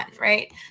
right